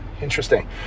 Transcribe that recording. interesting